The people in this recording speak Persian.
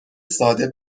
ساده